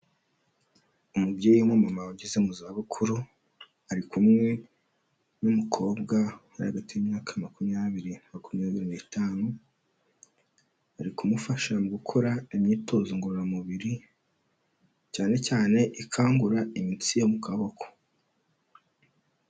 Umubyeyi w'umumama ugeze mu za bukuru, ari kumwe n'umukobwa uri hagati y'imyaka makumyabiri na makumyabiri n'itanu, ari kumufasha gukora imyitozo ngororamubiri cyane cyane ikangura imitsi yo mu kaboko.